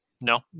no